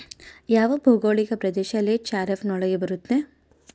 ಯಾವ ಭೌಗೋಳಿಕ ಪ್ರದೇಶ ಲೇಟ್ ಖಾರೇಫ್ ನೊಳಗ ಬರುತ್ತೆ?